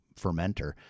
fermenter